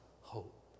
hope